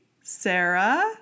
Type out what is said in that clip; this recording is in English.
Sarah